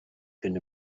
can